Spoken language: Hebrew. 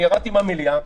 ירדתי מהמליאה,